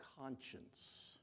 conscience